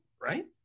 right